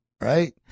right